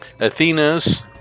Athena's